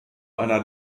einer